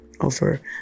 over